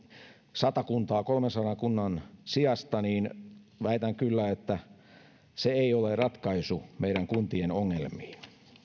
sata kuntaa kolmensadan kunnan sijasta väitän kyllä että se ei ole ratkaisu meidän kuntien ongelmiin